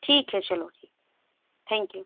ठीक है चलो थैंक यू